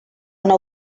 una